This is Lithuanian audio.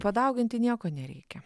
padauginti nieko nereikia